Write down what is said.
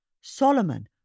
Solomon